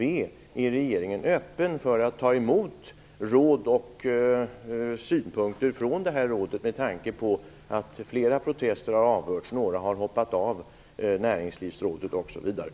Är regeringen öppen för att ta emot råd och synpunkter från det här rådet med tanke på att flera protester har avhörts, några har hoppat av